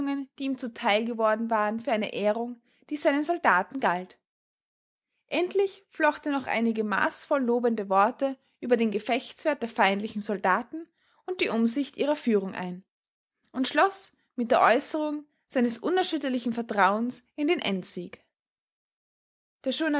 die ihm zu teil geworden waren für eine ehrung die seinen soldaten galt endlich flocht er noch einige maßvoll lobende worte über den gefechtswert der feindlichen soldaten und die umsicht ihrer führung ein und schloß mit der äußerung seines unerschütterlichen vertrauens in den endsieg der